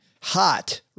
hot